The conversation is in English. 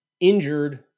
injured